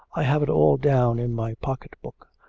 i have it all down in my pocket-book.